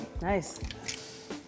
Nice